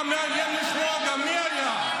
גם מעניין לשמוע מי היה.